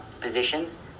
positions